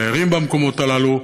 על הדיירים במקומות הללו.